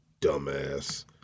dumbass